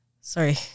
sorry